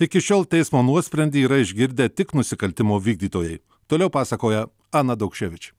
iki šiol teismo nuosprendį yra išgirdę tik nusikaltimo vykdytojai toliau pasakoja ana daukševič